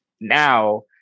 now